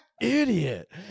Idiot